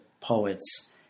poets